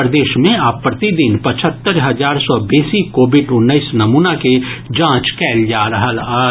प्रदेश मे आब प्रतिदिन पचहत्तरि हजार सॅ बेसी कोविड उन्नैस नमूना के जांच कयल जा रहल अछि